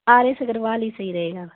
R S Agarwal ਹੀ ਸਹੀ ਰਹੇਗਾ